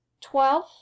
twelve